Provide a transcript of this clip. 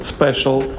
Special